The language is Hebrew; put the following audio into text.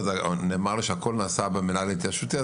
נאמר לי שהכול נעשה במינהל ההתיישבותי,